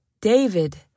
David